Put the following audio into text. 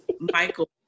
Michael